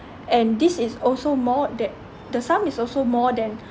and this is also more that the sum is also more than